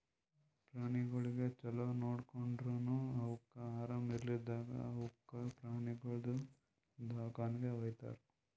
ಪ್ರಾಣಿಗೊಳಿಗ್ ಛಲೋ ನೋಡ್ಕೊಂಡುರನು ಅವುಕ್ ಆರಾಮ ಇರ್ಲಾರ್ದಾಗ್ ಅವುಕ ಪ್ರಾಣಿಗೊಳ್ದು ದವಾಖಾನಿಗಿ ವೈತಾರ್